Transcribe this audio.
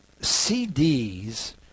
CDs